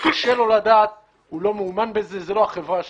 קשה לו לדעת, הוא לא מאומן בזה, זה לא החברה שלו.